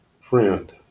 Friend